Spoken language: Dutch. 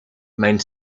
mijn